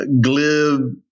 glib